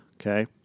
Okay